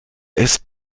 ist